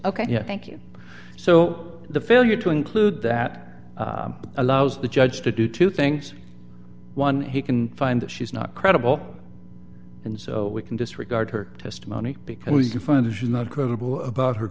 ok thank you so the failure to include that allows the judge to do two things one he can find that she's not credible and so we can disregard her testimony because we can find she's not credible about her